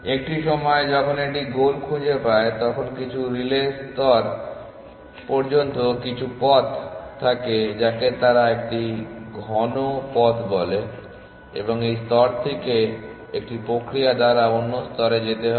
একটি সময়ে যখন এটি গোল খুঁজে পায় তখন কিছু রিলে স্তর পর্যন্ত কিছু পথ থাকে যাকে তারা একটি ঘন পথ বলে এবং এই স্তর থেকে একটি প্রক্রিয়া দ্বারা অন্য স্তরে যেতে হবে